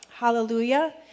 Hallelujah